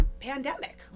pandemic